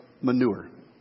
manure